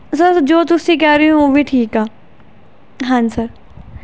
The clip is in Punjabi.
ਸਰ ਜੋ ਤੁਸੀਂ ਕਹਿ ਰਹੇ ਹੋ ਉਹ ਵੀ ਠੀਕ ਆ ਹਾਂਜੀ ਸਰ